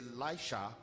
elisha